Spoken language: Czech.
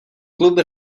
klub